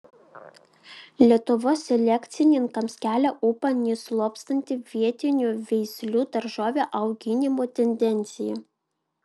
lietuvos selekcininkams kelia ūpą neslopstanti vietinių veislių daržovių auginimo tendencija